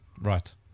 Right